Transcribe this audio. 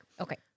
okay